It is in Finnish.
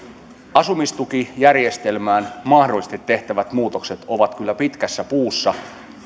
asumistukijärjestelmään mahdollisesti tehtävät muutokset ovat kyllä pitkässä puussa